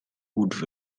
would